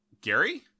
Gary